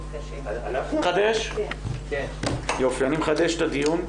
10:07 ונתחדשה בשעה 10:17.) אני מחדש את הדיון.